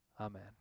Amen